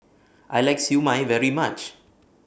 I like Siew Mai very much